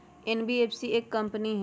NBFC एक company हई?